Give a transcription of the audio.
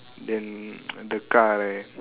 then the car right